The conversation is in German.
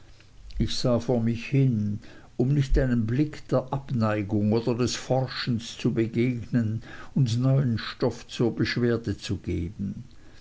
ich sah vor mich hin um nicht einem blick der abneigung oder des forschens zu begegnen und neuen stoff zur beschwerde zu geben